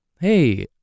hey